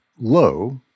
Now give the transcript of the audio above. low